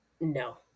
no